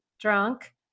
drunk